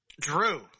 Drew